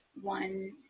one